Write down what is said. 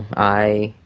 i